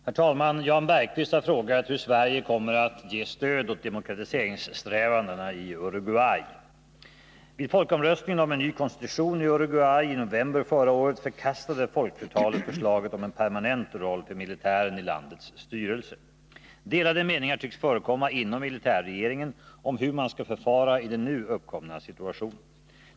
Herr talman! Jan Bergqvist har frågat hur Sverige kommer att ge stöd åt demokratiseringssträvandena i Uruguay. Vid folkomröstningen om en ny konstitution i Uruguay i november förra året förkastade folkflertalet förslaget om en permanent roll för militären i landets styrelse. Delade meningar tycks förekomma inom militärregeringen om hur man skall förfara i den nu uppkomna situationen.